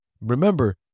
Remember